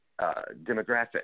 demographic